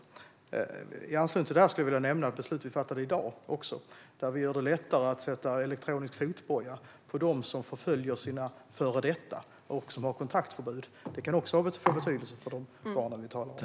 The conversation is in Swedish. I anslutning till detta skulle jag även vilja nämna ett beslut vi fattade i dag, där vi gör det lättare att sätta elektronisk fotboja på dem som förföljer sina före detta och som har kontaktförbud. Det kan också få betydelse för de barn vi talar om.